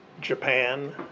Japan